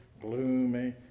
gloomy